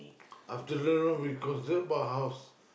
afternoon we go sleep my house